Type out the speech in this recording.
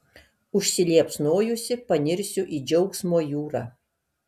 užsiliepsnojusi panirsiu į džiaugsmo jūrą